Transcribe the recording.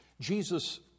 Jesus